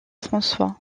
françois